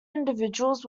individuals